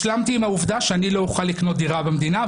השלמתי עם העובדה שאני לא אוכל לקנות דירה במדינה,